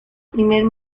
primer